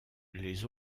les